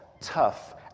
tough